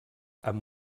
amb